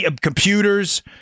computers